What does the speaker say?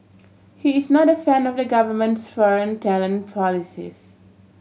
he is not a fan of the government's foreign talent policies